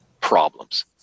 problems